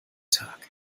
tag